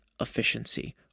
efficiency